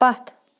پتھ